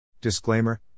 Disclaimer